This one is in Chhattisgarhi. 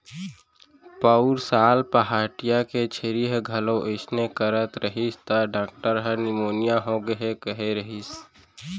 पउर साल पहाटिया के छेरी ह घलौ अइसने करत रहिस त डॉक्टर ह निमोनिया होगे हे कहे रहिस